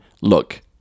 Look